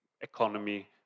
economy